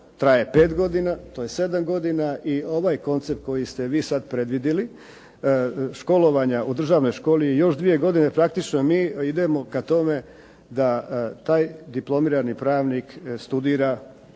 traje 5 godina, to je 7 godina i ovaj koncept koji ste vi sada predvidjeli školovanja još dvije godine, praktično mi idemo ka to me da taj diplomirani pravnik studira,